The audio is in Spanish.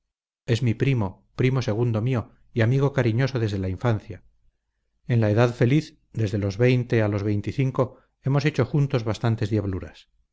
es mi primo primo segundo mío y amigo cariñoso desde la infancia en la edad feliz de los veinte a los veinticinco hemos hecho juntos bastantes diabluras